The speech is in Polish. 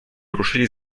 ruszyli